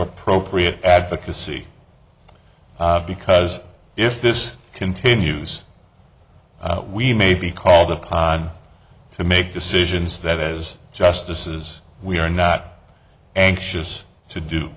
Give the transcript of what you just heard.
appropriate advocacy because if this continues we may be called upon to make decisions that as justices we are not anxious to do